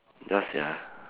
ya sia